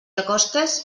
acostes